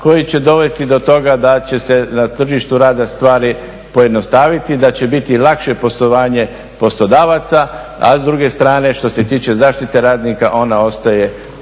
koji će dovesti do toga da će se na tržištu rada stvari pojednostaviti i da će biti lakše poslovanje poslodavaca. A s druge strane što se tiče zaštite radnika ona ostaje kao